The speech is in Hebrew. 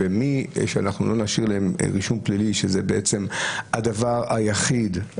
ובמי שאנחנו לא נשאיר להם רישום פלילי שזה בעצם הדבר היחיד